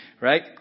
Right